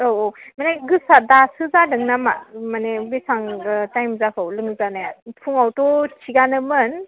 औ औ माने गोसा दासो जादों ना मा माने बेसेबां टाइम जाखो लोमजानाया फुंआवथ' थिगानोमोन